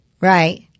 Right